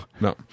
No